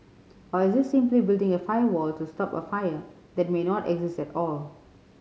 or is this simply building a firewall to stop a fire that may not exist at all